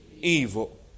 evil